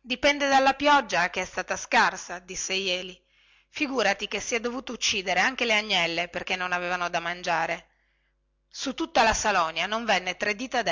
dipende dalla pioggia che è stata scarsa disse jeli noi siamo stai costretti ed uccidere anche le agnelle perchè non avevano da mangiare su tutta la salonia non venne tre dita